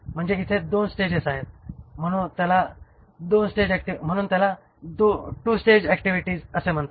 म्हणजे इथे 2 स्टेजेस आहेत म्हणू ह्याला 2 स्टेज ऍक्टिव्हिटी असे म्हणतात